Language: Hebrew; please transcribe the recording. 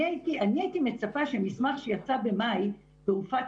אני הייתי מצפה שמסמך שיצא במאי והופץ,